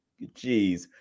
Jeez